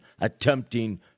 attempting